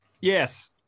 Yes